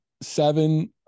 seven